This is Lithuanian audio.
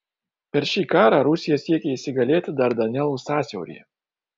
per šį karą rusija siekė įsigalėti dardanelų sąsiauryje